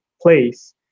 place